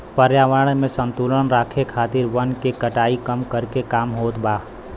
पर्यावरण में संतुलन राखे खातिर वन के कटाई कम करके काम होत बा